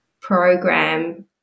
program